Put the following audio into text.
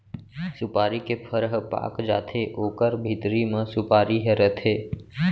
सुपारी के फर ह पाक जाथे ओकरे भीतरी म सुपारी ह रथे